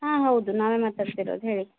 ಹಾಂ ಹೌದು ನಾವೇ ಮಾತಾಡ್ತ ಇರೋದು ಹೇಳಿ